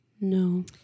No